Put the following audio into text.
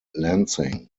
lansing